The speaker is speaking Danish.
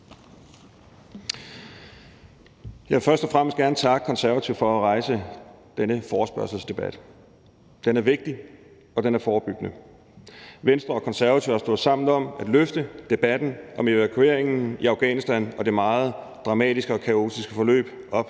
Jeg vil først og fremmest gerne takke Konservative for at rejse denne forespørgselsdebat. Den er vigtig, og den er forebyggende. Venstre og Konservative har stået sammen om at løfte debatten om evakueringen i Afghanistan og i forhold til det meget dramatiske og kaotiske forløb op